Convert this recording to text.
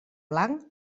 blanc